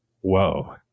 whoa